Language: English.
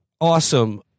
awesome